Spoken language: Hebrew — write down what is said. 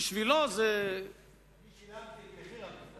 בשבילו זה, אני שילמתי מחיר על כך.